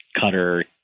cutter